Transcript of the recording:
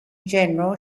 general